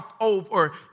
over